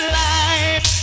life